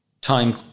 time